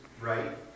Right